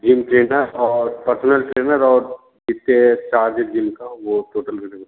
gym trainer और personal trainer और इसके साथ जिम का वो टोटल करके बता दीजिए आप